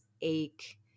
ache